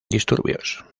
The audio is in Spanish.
disturbios